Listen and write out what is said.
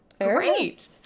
Great